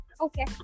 Okay